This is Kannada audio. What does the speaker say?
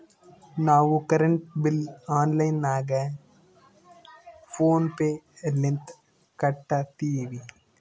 ನಾವು ಕರೆಂಟ್ ಬಿಲ್ ಆನ್ಲೈನ್ ನಾಗ ಫೋನ್ ಪೇ ಲಿಂತ ಕಟ್ಟತ್ತಿವಿ